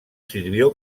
sirvió